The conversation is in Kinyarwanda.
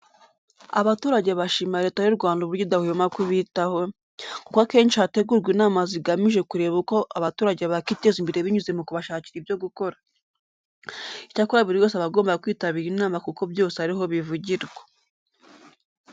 Abaturage bashimira Leta y'u Rwanda uburyo idahwema kubitaho, kuko akenshi hategurwa inama zigamije kureba uko abaturage bakiteza imbere binyuze mu kubashakira ibyo gukora. Icyakora buri wese aba agomba kwitabira inama kuko byose ari ho bivugirwa.